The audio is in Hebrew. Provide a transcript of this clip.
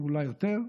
ואולי יותר.